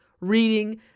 reading